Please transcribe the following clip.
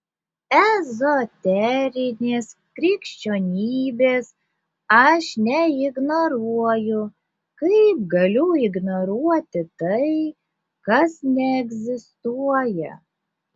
ezoterinės krikščionybės aš neignoruoju kaip galiu ignoruoti tai kas neegzistuoja